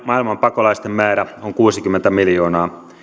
maailman pakolaisten määrä on kuusikymmentä miljoonaa